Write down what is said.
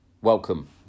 Welcome